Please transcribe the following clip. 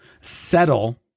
settle